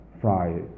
Fry